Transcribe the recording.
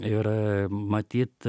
ir matyt